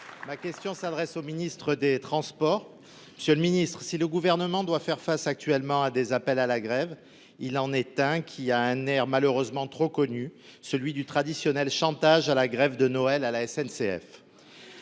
Ma question s’adresse à M. le ministre délégué chargé des transports. Si le Gouvernement doit faire face actuellement à des appels à la grève, il en est un qui a un air malheureusement trop connu, celui du traditionnel chantage à la grève de Noël à la SNCF.